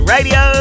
Radio